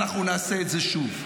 אנחנו נעשה את זה שוב.